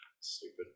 Stupid